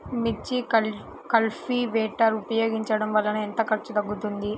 మిర్చి కల్టీవేటర్ ఉపయోగించటం వలన ఎంత ఖర్చు తగ్గుతుంది?